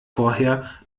vorher